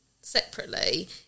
separately